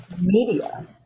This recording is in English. media